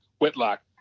Whitlock